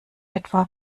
etwa